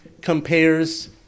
compares